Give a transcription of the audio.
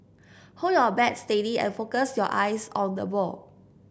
hold your bat steady and focus your eyes on the ball